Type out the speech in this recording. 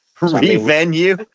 Revenue